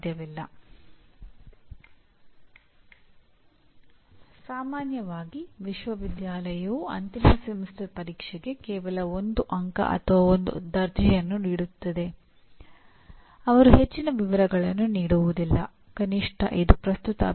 ಅದಕ್ಕಾಗಿಯೇ ನೀವು ಪರಿಣಾಮಗಳನ್ನು ಬರೆಯಲು ಪ್ರಯತ್ನಿಸಿದಾಗ ಅದು ಪ್ರೋಗ್ರಾಂ ಮಟ್ಟದಲ್ಲಿ ಆಗಿರಬಾರದು ಅಥವಾ ಪಠ್ಯಕ್ರಮದ ಮಟ್ಟದಲ್ಲಿಯೂ ಸಹ ಅದನ್ನು ಒಬ್ಬ ವ್ಯಕ್ತಿಯು ಬರೆಯಬಾರದು